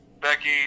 Becky